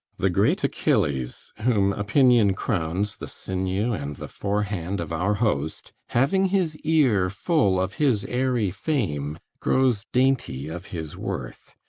the great achilles, whom opinion crowns the sinew and the forehand of our host, having his ear full of his airy fame, grows dainty of his worth,